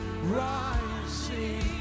Rising